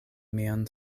mian